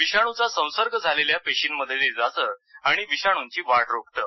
विषाणूचा संसर्ग झालेल्या पेशींमध्ये ते जातं आणि विषाणूची वाढ रोखतं